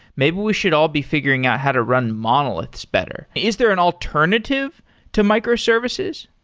maybe we should all be figuring out how to run monoliths better. is there an alternative to microservices?